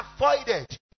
avoided